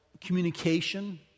communication